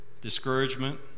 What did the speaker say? discouragement